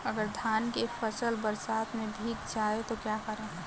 अगर धान की फसल बरसात में भीग जाए तो क्या करें?